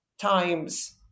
times